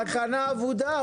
ההכנה אבודה,